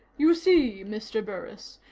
you see, mr. burris,